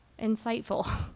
insightful